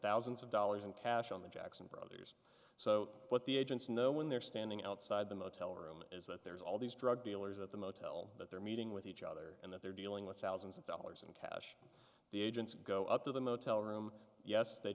thousands of dollars in cash on the jackson brothers so what the agents know when they're standing outside the motel room is that there's all these drug dealers at the motel that they're meeting with each other and that they're dealing with thousands of dollars in cash the agents go up to the motel room yes they